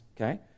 Okay